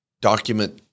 document